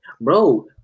bro